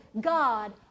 god